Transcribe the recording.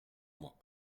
moi